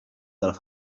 dalla